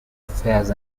affairs